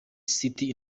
city